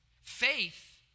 Faith